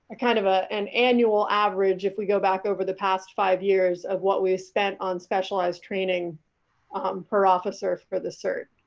kind of an ah and annual average if we go back over the past five years of what we spent on specialized training for officers for the cert.